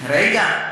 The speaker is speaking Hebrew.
רגע.